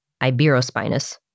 Iberospinus